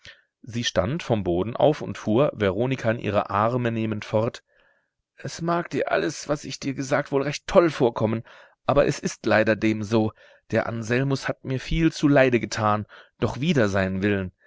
sie stand vom boden auf und fuhr veronika in ihre arme nehmend fort es mag dir alles was ich dir gesagt wohl recht toll vorkommen aber es ist leider dem so der anselmus hat mir viel zu leide getan doch wider seinen willen